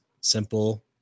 simple